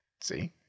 See